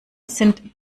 sind